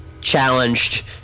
challenged